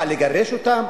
מה, לגרש אותם?